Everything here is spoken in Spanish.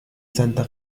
santa